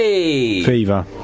Fever